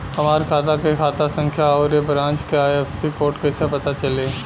हमार खाता के खाता संख्या आउर ए ब्रांच के आई.एफ.एस.सी कोड कैसे पता चली?